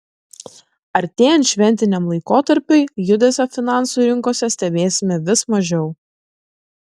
artėjant šventiniam laikotarpiui judesio finansų rinkose stebėsime vis mažiau